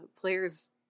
Players